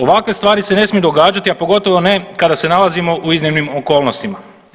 Ovakve stvari se ne smiju događati, a pogotovo ne kada se nalazimo u iznimnim okolnostima.